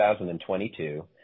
2022